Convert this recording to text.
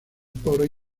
poros